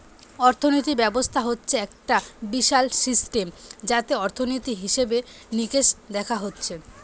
অর্থিনীতি ব্যবস্থা হচ্ছে একটা বিশাল সিস্টেম যাতে অর্থনীতি, হিসেবে নিকেশ দেখা হচ্ছে